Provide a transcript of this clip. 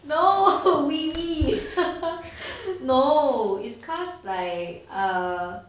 no we we no it's cause like err